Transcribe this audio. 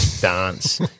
dance